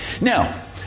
Now